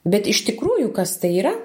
bet iš tikrųjų kas tai yra